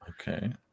okay